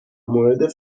مورد